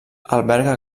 alberga